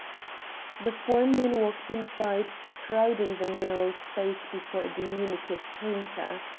the four men walked inside, crowding the narrow space before a diminutive counter.